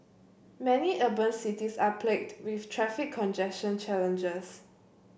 many urban cities are plagued with traffic congestion challenges